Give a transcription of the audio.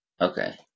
Okay